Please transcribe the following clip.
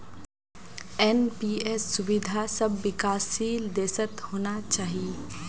NPS सुविधा सब विकासशील देशत होना चाहिए